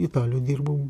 italijoj dirbome